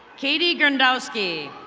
katie grondowski.